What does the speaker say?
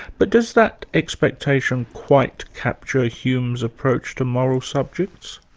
but does that expectation quite capture hume's approach to moral subjects?